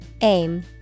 Aim